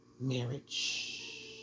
marriage